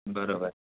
बरोबर